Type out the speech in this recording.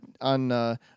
on